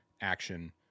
action